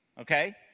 Okay